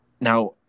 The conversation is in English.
Now